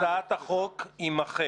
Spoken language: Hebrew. להצעת החוק - יימחק.